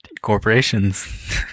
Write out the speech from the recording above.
corporations